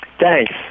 Thanks